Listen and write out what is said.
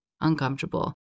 uncomfortable